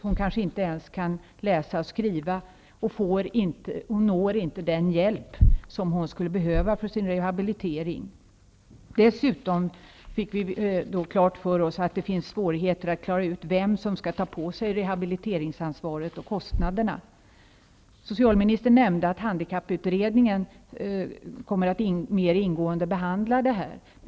Hon kanske inte ens kan läsa och skriva, och hon når inte den hjälp som hon skulle behöva för sin rehabilitering. Vi fick dessutom klart för oss att det är svårt att reda ut vem som skall ta på sig rehabiliteringsansvaret och kostnaderna därför. Socialministern nämnde att handikapputredningen mer ingående kommer att behandla det här.